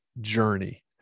journey